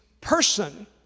person